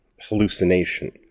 hallucination